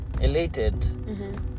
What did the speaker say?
elated